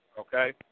okay